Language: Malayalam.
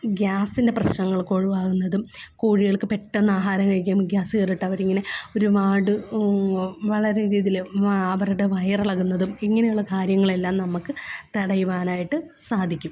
ഗ്യാസിൻ്റെ പ്രശ്നങ്ങളൊക്കൊഴിവാകുന്നതും കോഴികൾക്ക് പെട്ടെന്നാഹാരം കഴിക്കുമ്പോള് ഗ്യാസ് കയറിയിട്ടവരിങ്ങനെ ഒരു പാട് വളരെ രീതിയില് അവരുടെ വയറിളകുന്നതും ഇങ്ങനെയുള്ള കാര്യങ്ങളെല്ലാം നമ്മള്ക്ക് തടയുവാനായിട്ട് സാധിക്കും